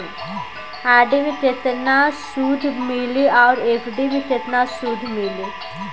RD मे केतना सूद मिली आउर एफ.डी मे केतना सूद मिली?